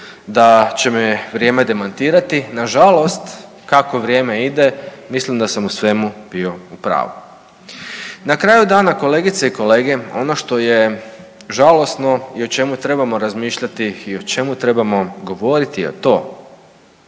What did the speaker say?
da će me vrijeme demantirati. Nažalost kako vrijeme ide mislim da sam u svemu bio u pravu. Na kraju dana kolegice i kolege ono što je žalosno i o čemu trebamo razmišljati i o čemu trebamo govoriti je to